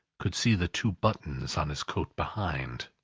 could see the two buttons on his coat behind.